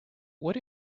what